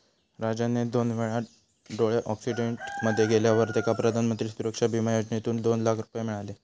राजनचे दोनवले डोळे अॅक्सिडेंट मध्ये गेल्यावर तेका प्रधानमंत्री सुरक्षा बिमा योजनेसून दोन लाख रुपये मिळाले